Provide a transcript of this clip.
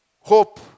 Hope